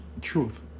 truth